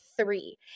three